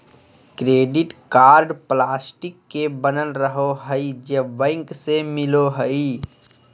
credit card plastic के बनल रहो हइ जे बैंक से मिलो हइ